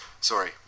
Sorry